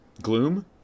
Gloom